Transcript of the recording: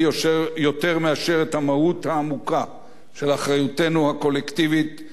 את המהות העמוקה של אחריותנו הקולקטיבית לעשייה הקיומית,